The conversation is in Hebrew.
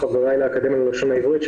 לחבריי לאקדמיה ללשון העברית,